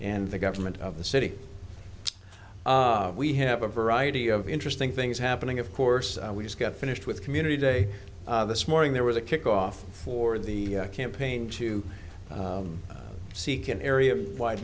and the government of the city we have a variety of interesting things happening of course we just got finished with community day this morning there was a kickoff for the campaign to seek an area wide